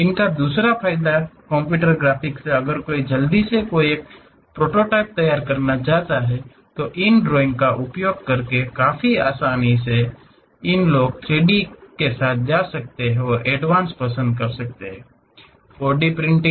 इनका दूसरा फायदा कंप्यूटर ग्राफिक्स सेअगर कोई जल्दी से एक प्रोटोटाइप तैयार करना चाहे तो इन ड्राइंग का उपयोग करना काफी आसान है इन दिनों लोग 3 डी के साथ जा रहे हैं और एडवांस पसंद कर रहे हैं 4 डी प्रिंटिंग